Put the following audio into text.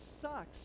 sucks